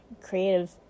creative